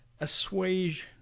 assuage